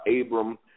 Abram